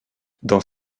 dans